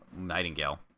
Nightingale